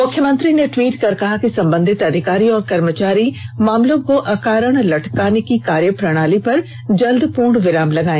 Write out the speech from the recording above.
मुख्यमंत्री ने ट्वीट कर कहा कि संबंधित अधिकारी और कर्मचारी मामलों को अकारण लटकाने की कार्यप्रणाली पर जल्द पूर्णविराम लगाए